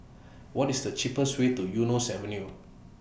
What IS The cheapest Way to Eunos Avenue